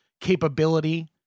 capability